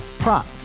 Prop